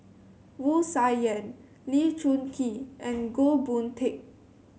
Wu Tsai Yen Lee Choon Kee and Goh Boon Teck